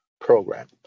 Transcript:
Program